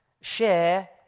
share